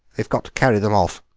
they've got to carry them off.